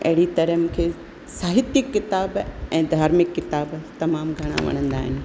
अहिड़ी तरह मूंखे साहित्यक किताब ऐं धार्मिक किताब तमामु घणा वणंदा आहिनि